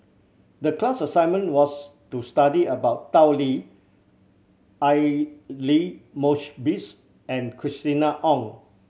the class assignment was to study about Tao Li Aidli Mosbit and Christina Ong